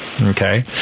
okay